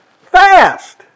fast